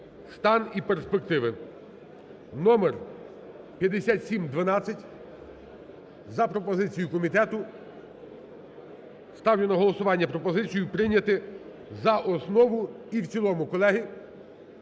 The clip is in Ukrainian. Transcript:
стан і перспективи" (№ 5712). За пропозицією комітету ставлю на голосування пропозицію прийняти за основу і в цілому. Колеги,